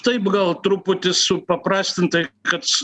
taip gal truputį supaprastintai kad